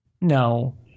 no